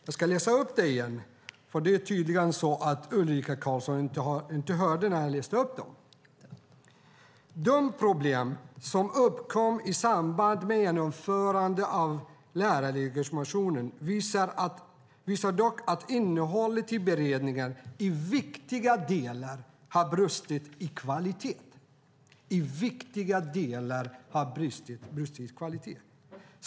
Ulrika Carlsson hörde tydligen inte när jag läste upp det: De problem som uppkom i samband med genomförandet av lärarlegitimationen visar dock att innehållet i beredningen i viktiga delar har brustit i kvalitet.